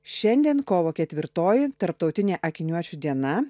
šiandien kovo ketvirtoji tarptautinė akiniuočių diena